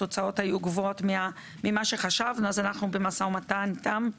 התוצאות היו גבוהות ממה שחשבנו אז אנחנו במשא ומתן איתם.